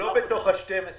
לא בתוך ה-12